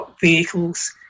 vehicles